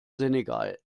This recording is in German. senegal